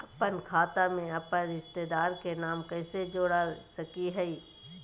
अपन खाता में अपन रिश्तेदार के नाम कैसे जोड़ा सकिए हई?